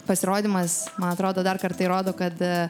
pasirodymas man atrodo dar kartą įrodo kad